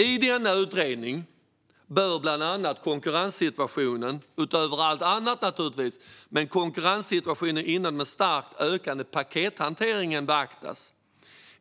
I denna utredning bör bland annat konkurrenssituationen, naturligtvis utöver allt annat, inom den starkt ökande pakethanteringen beaktas.